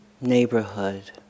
Neighborhood